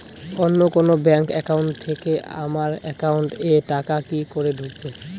অন্য কোনো bank account থেকে আমার একাউন্ট এ টাকা কি করে ঢুকবে?